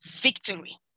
victory